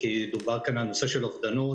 דובר כאן על הנושא של אובדנות,